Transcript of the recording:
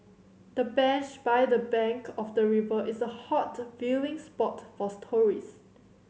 the bench by the bank of the river is a hot viewing spot for tourist